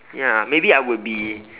ya maybe I would be